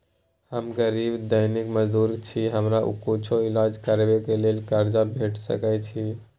हम गरीब दैनिक मजदूर छी, हमरा कुछो ईलाज करबै के लेल कर्जा भेट सकै इ?